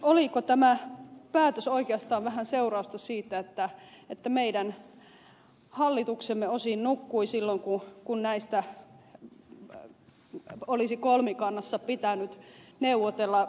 oliko tämä päätös oikeastaan vähän seurausta siitä että meidän hallituksemme osin nukkui silloin kun näistä olisi kolmikannassa pitänyt neuvotella